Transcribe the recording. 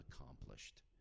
accomplished